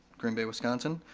green bay, wisconsin.